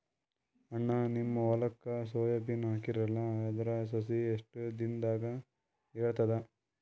ಅಣ್ಣಾ, ನಿಮ್ಮ ಹೊಲಕ್ಕ ಸೋಯ ಬೀನ ಹಾಕೀರಲಾ, ಅದರ ಸಸಿ ಎಷ್ಟ ದಿಂದಾಗ ಏಳತದ?